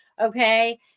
okay